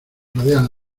rodean